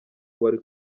wari